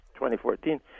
2014